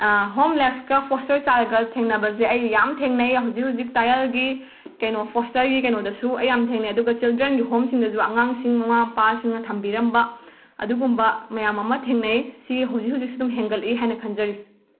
ꯍꯣꯝꯂꯦꯁꯀꯥ foster ꯆꯥꯏꯜꯒ ꯊꯦꯡꯅꯕꯁꯦ ꯑꯩ ꯌꯥꯝ ꯊꯦꯡꯅꯩ ꯍꯧꯖꯤꯛ ꯍꯧꯖꯤꯛ ꯇꯥꯛꯌꯦꯜꯒꯤ ꯀꯩꯅꯣ ꯐꯣꯁꯇꯔꯒꯤ ꯀꯩꯅꯣꯗꯁꯨ ꯑꯩ ꯌꯥꯝ ꯊꯦꯡꯅꯩ ꯑꯗꯨꯒ ꯆꯤꯜꯗ꯭ꯔꯦꯟꯒꯤ ꯍꯣꯝꯁꯤꯡꯗꯁꯨ ꯑꯉꯥꯡꯁꯤꯡ ꯃꯃꯥ ꯃꯄꯥꯁꯤꯡꯅ ꯊꯝꯕꯤꯔꯝꯕ ꯑꯗꯨꯒꯨꯝꯕ ꯃꯌꯥꯝ ꯑꯃ ꯊꯦꯡꯅꯩ ꯁꯤ ꯍꯧꯖꯤꯛ ꯍꯧꯖꯤꯛꯁꯨ ꯑꯗꯨꯝ ꯍꯦꯡꯒꯠꯂꯤ ꯍꯥꯏꯅ ꯈꯟꯖꯔꯤ